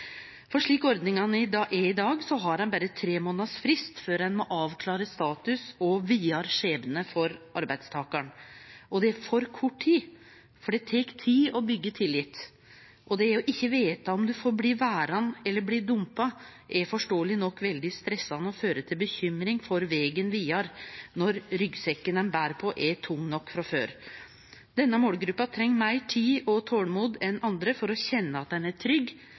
For slik ordningane er i dag, har ein berre tre månaders frist før ein må avklare status og vidare skjebne for arbeidstakaren. Det er for kort tid, for det tek tid å byggje tillit. Det å ikkje vite om ein får bli verande eller blir dumpa, er forståeleg nok veldig stressande og fører til bekymring for vegen vidare når ryggsekken ein ber på, er tung nok frå før. Denne målgruppa treng meir tid og tolmod enn andre for å kjenne at ein er trygg,